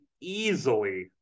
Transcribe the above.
easily –